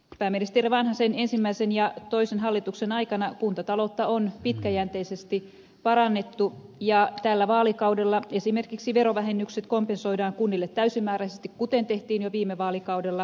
pääministeri vanhasen ensimmäisen ja toisen hallituksen aikana kuntataloutta on pitkäjänteisesti parannettu ja tällä vaalikaudella esimerkiksi verovähennykset kompensoidaan kunnille täysimääräisesti kuten tehtiin jo viime vaalikaudella